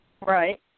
Right